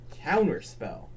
counterspell